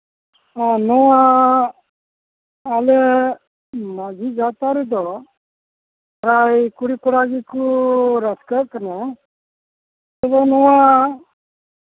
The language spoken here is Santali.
ᱚ ᱱᱚᱣᱟ ᱟᱞᱮ ᱢᱟᱺᱡᱷᱤ ᱜᱟᱶᱛᱟ ᱨᱮᱫᱚ ᱯᱨᱟᱭ ᱠᱩᱲᱤᱼᱠᱚᱲᱟ ᱜᱮᱠᱚ ᱨᱟᱹᱥᱠᱟᱹᱜ ᱠᱟᱱᱟ ᱟᱞᱮ ᱱᱚᱣᱟ